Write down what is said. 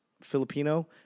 Filipino